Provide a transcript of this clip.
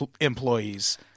employees